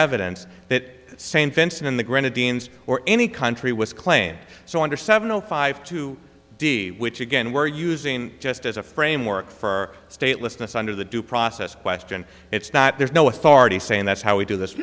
evidence that same fence in the granite dns or any country was claimed so under seven zero five two d which again we're using just as a framework for statelessness under the due process question it's not there's no authority saying that's how we do this